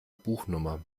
buchnummer